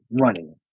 running